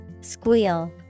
Squeal